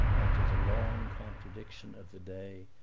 after the long contradiction of the day,